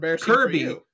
Kirby